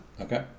Okay